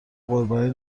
قربانی